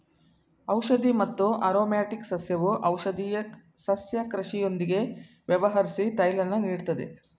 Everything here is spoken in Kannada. ಔಷಧಿ ಮತ್ತು ಆರೊಮ್ಯಾಟಿಕ್ ಸಸ್ಯವು ಔಷಧೀಯ ಸಸ್ಯ ಕೃಷಿಯೊಂದಿಗೆ ವ್ಯವಹರ್ಸಿ ತೈಲನ ನೀಡ್ತದೆ